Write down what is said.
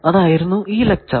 അതായിരുന്നു ഈ ലെക്ചർ